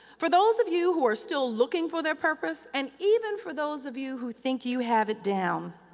for those of you who are still looking for their purpose and even for those of you who think you have it down,